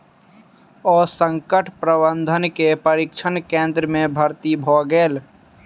ओ संकट प्रबंधन के प्रशिक्षण केंद्र में भर्ती भ गेला